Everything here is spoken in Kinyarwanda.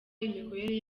imikorere